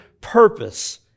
purpose